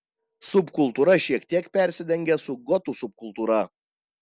subkultūra šiek tiek persidengia su gotų subkultūra